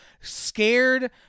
scared